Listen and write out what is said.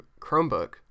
chromebook